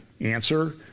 Answer